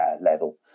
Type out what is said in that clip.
level